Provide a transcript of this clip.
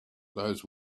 those